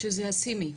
שזה הסינים.